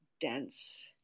dense